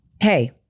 Hey